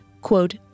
quote